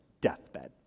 deathbed